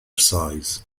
size